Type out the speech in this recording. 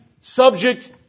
subject